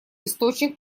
источник